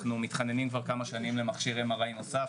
אנחנו מתחננים כבר כמה שנים למכשיר M.R.I. נוסף,